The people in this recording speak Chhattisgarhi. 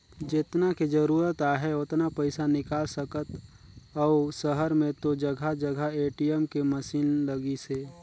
जेतना के जरूरत आहे ओतना पइसा निकाल सकथ अउ सहर में तो जघा जघा ए.टी.एम के मसीन लगिसे